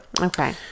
Okay